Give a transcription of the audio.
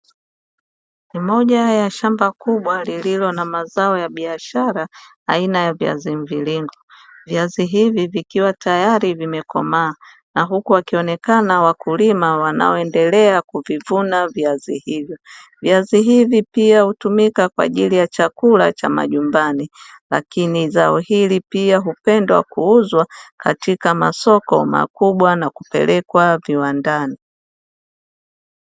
Ni moja ya shamba kubwa lililo na mazao ya biashara aina ya viazi mviringo. Viazi hivi vikiwa tayari vimekomaa na huku wakionekana wakulima wanaoendelea kuvivuna viazi hivyo. Viazi hivi pia hutumika kwa ajili ya chakula cha majumbani, lakini zao hili pia hupendwa kuuzwa katika masoko makubwa na kupelekwa viwandani.